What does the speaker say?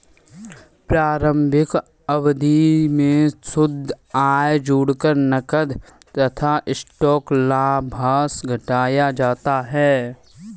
प्रारंभिक अवधि में शुद्ध आय जोड़कर नकद तथा स्टॉक लाभांश घटाया जाता है